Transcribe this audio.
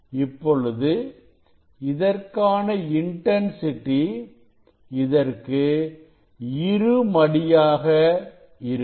இப்பொழுது இதற்கானஇன்டன் சிட்டி இதற்கு இரு மடியாக இருக்கும்